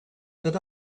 that